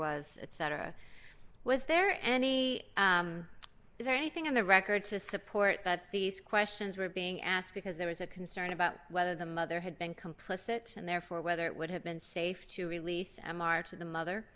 was cetera was there any is there anything in the record to support that these questions were being asked because there was a concern about whether the mother had been complicit and therefore whether it would have been safe to release m r to the mother